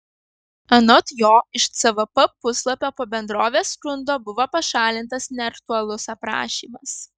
anot jo iš cvp puslapio po bendrovės skundo buvo pašalintas neaktualus aprašymas